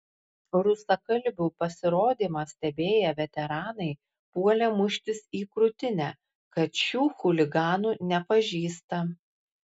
rusakalbių pasirodymą stebėję veteranai puolė muštis į krūtinę kad šių chuliganų nepažįsta